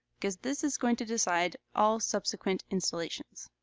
because this is going to decide all subsequent installations.